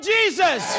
Jesus